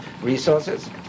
resources